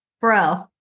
bro